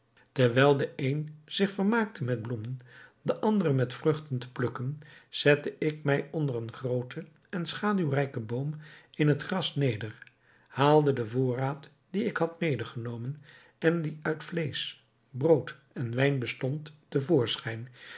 terwijl de een zich vermaakte met bloemen de ander met vruchten te plukken zette ik mij onder een grooten en schaduwrijken boom in het gras neder haalde den voorraad dien ik had medegenomen en die uit vleesch brood en wijn bestond